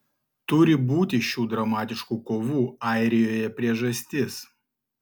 turi būti šių dramatiškų kovų airijoje priežastis